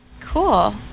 Cool